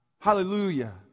Hallelujah